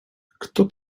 kto